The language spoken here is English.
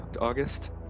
August